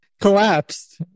collapsed